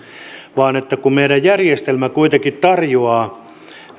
kun meidän järjestelmä kuitenkin tarjoaa